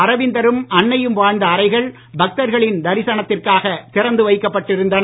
அரவிந்தரும் அன்னையும் வாழ்ந்த அறைகள் பக்தர்களின் தரிசனத்திற்காக திறந்து வைக்கப்பட்டு இருந்தன